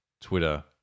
Twitter